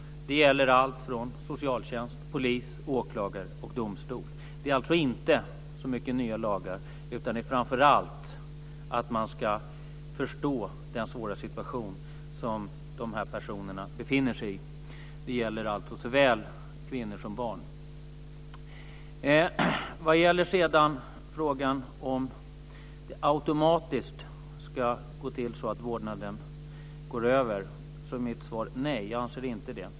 Det gäller alla från socialtjänst, polis, åklagare och domstol. Det är alltså inte så mycket nya lagar, utan man ska framför allt förstå den svåra situation som de här personerna befinner sig i. Det gäller såväl kvinnor som barn. På frågan om det automatiskt är så att vårdnaden ska gå över är mitt svar nej. Jag anser inte det.